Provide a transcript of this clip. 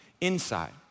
inside